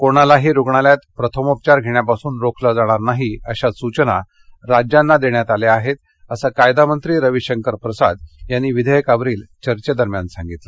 कोणालाही रुग्णालयात प्रथमोपचार घेण्यापासुन रोखलं जाणार नाही अशा सुचना राज्यांना देण्यात आल्या आहेत असं कायदामंत्री रवीशंकर प्रसाद यांनी विधेयकावरील चर्चेदरम्यान सांगितलं